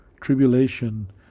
tribulation